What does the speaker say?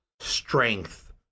strength